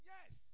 Yes